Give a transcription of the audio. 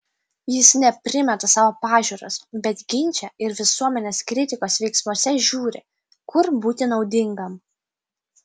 jis ne primeta savo pažiūras bet ginče ir visuomenės kritikos veiksmuose žiūri kur būti naudingam